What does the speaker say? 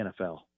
NFL